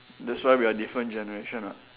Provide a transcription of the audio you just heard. that's why we are different generation [what]